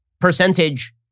percentage